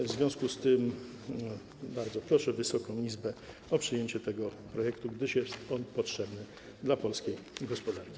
W związku z tym bardzo proszę Wysoką Izbę o przyjęcie tego projektu, gdyż jest on potrzebny polskiej gospodarce.